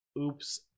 Oops